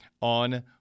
on